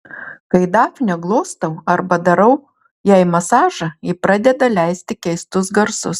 kai dafnę glostau arba darau jai masažą ji pradeda leisti keistus garsus